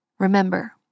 Remember